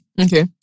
Okay